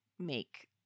make